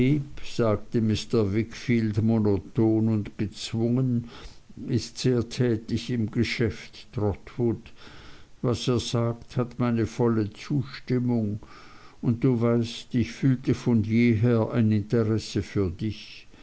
sagte mr wickfield monoton und gezwungen ist sehr tätig im geschäft trotwood was er sagt hat meine volle zustimmung und du weißt ich fühlte von jeher ein interesse für dich